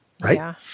Right